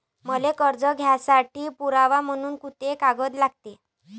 मले कर्ज घ्यासाठी पुरावा म्हनून कुंते कागद लागते?